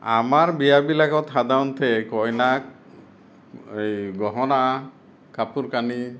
আমাৰ বিয়াবিলাকত সাধাৰণতে কইনাক এই গহনা কাপোৰ কানি